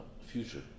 Future